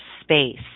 space